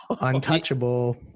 Untouchable